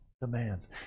demands